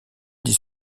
dit